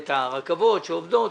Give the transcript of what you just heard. ואת הרכבות שעובדות,